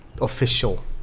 official